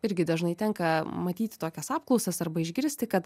irgi dažnai tenka matyti tokias apklausas arba išgirsti kad